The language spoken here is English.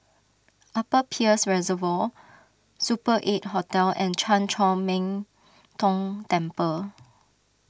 Upper Peirce Reservoir Super eight Hotel and Chan Chor Min Tong Temple